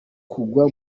kugwa